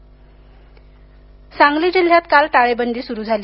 सांगली सांगली जिल्ह्यात काल टाळेबंदी सुरु झाली